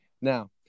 now